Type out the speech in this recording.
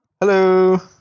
Hello